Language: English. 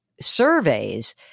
surveys